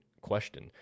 question